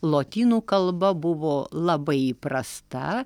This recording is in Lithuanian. lotynų kalba buvo labai įprasta